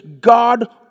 God